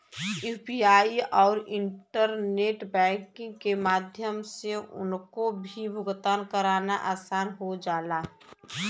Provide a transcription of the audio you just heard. UPI आउर internet banking के माध्यम से कउनो भी भुगतान करना आसान हो जाला